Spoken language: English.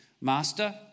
master